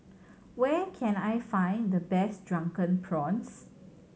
where can I find the best Drunken Prawns